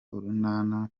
urunana